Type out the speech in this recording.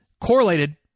correlated